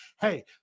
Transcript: Hey